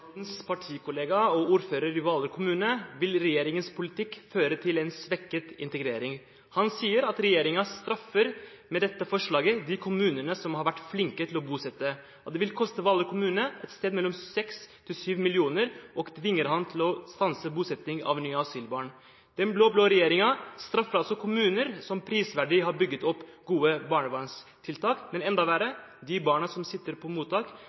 partikollega og ordfører i Hvaler kommune vil regjeringens politikk «føre til en svekket integrering». Han sier at regjeringen med dette forslaget straffer de kommunene som har vært flinke til å bosette. Dette vil koste Hvaler kommune 6–7 mill. kr, og det tvinger ham til å stanse bosetting av nye asylbarn. Den blå-blå regjeringen straffer altså kommuner som prisverdig har bygget opp gode barnevernstiltak, men enda verre: De barna som sitter i mottak,